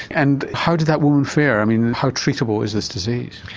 and how did that woman fare, i mean how treatable is this disease?